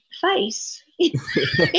face